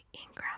Ingram